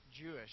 Jewish